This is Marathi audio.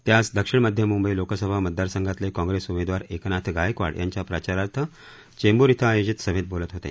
ते आज दक्षिण मध्य म्ंबई लोकसभा मतदारसंघातले काँग्रेस उमेदवार एकनाथ गायकवाड यांच्या प्रचारार्थ चेंबूर इथंआयोजित सभेत बोलत होते